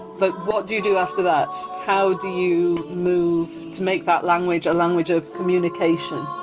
but what do you do after that? how do you move to make that language a language of communication?